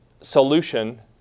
solution